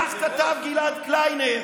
כך כתב גלעד קליינר: